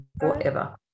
forever